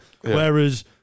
whereas